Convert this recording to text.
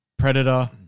Predator